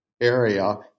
area